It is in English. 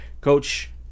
Coach